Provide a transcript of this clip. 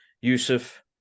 Yusuf